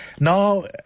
Now